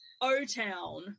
o-town